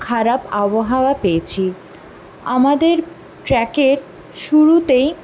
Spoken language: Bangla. খারাপ আবহাওয়া পেয়েছি আমাদের ট্র্যাকের শুরুতেই